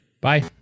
Bye